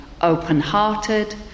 open-hearted